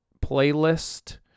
playlist